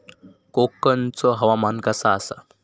कोकनचो हवामान कसा आसा?